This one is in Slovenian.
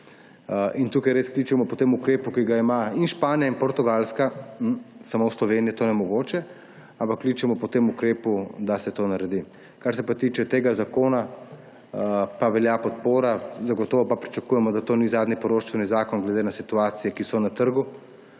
Tukaj res kličemo po tem ukrepu, ki ga imata Španija in Portugalska, samo v Sloveniji je to nemogoče, ampak kličemo po tem ukrepu, da se to naredi. Kar se pa tiče tega zakona, velja podpora. Zagotovo pa pričakujemo, da to ni zadnji poroštveni zakon glede na situacije, ki so na trgu.